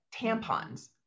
tampons